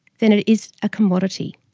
then it is a commodity.